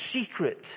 secret